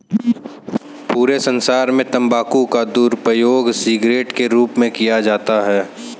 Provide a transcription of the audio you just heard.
पूरे संसार में तम्बाकू का दुरूपयोग सिगरेट के रूप में किया जाता है